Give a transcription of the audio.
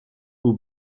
who